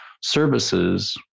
services